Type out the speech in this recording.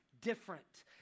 different